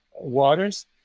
waters